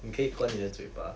你可以关你的嘴巴